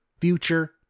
future